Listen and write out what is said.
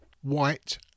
white